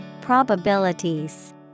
Probabilities